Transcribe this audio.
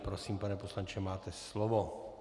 Prosím, pane poslanče, máte slovo.